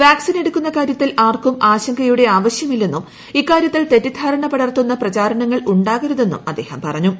vaccine എടുക്കുന്നു കാര്യത്തിൽ ആർക്കും ആശങ്കയുടെ ആവശ്യമില്ലെന്നും ഇക്കാര്യത്തിൽ തെറ്റിദ്ധാരണ പടർത്തുന്ന പ്രചരണങ്ങൾ ഉണ്ടാകരുത്ത്ന്നും അദ്ദേഹം പറഞ്ഞു